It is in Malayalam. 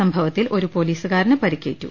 സംഭവത്തിൽ ഒരു പൊലീസുകാരന് പരിക്കേറ്റു